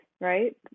right